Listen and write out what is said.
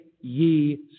ye